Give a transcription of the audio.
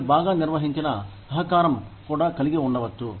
మీరు బాగా నిర్వహించిన సహకారం కూడా కలిగి ఉండవచ్చు